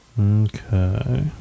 Okay